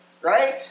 Right